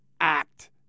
Act